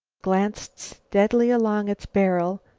glanced steadily along its barrel,